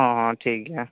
ᱦᱚᱸ ᱴᱷᱤᱠ ᱜᱮᱭᱟ